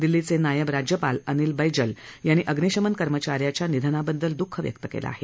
दिल्लीचे नायब राज्यपाल अनिल बैजल यांनी अग्निशमन कर्मचा याच्या निधनाबद्दल द्ःख व्यक्त केलं आहे